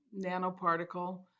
nanoparticle